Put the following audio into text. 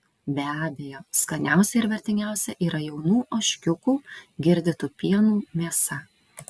be abejo skaniausia ir vertingiausia yra jaunų ožkiukų girdytų pienu mėsa